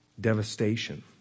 devastation